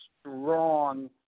strong